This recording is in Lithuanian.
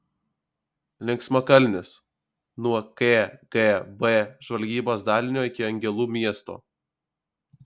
linksmakalnis nuo kgb žvalgybos dalinio iki angelų miesto